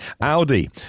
Audi